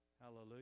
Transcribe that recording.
Hallelujah